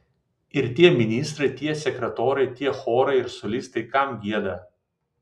ir tie ministrai tie sekretoriai tie chorai ir solistai kam gieda